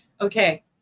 Okay